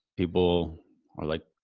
people are like,